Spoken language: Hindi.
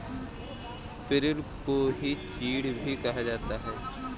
पिरुल को ही चीड़ भी कहा जाता है